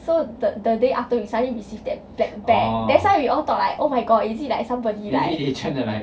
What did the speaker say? so the the day after we suddenly received that black bag that's why we all thought like oh my god is it like somebody like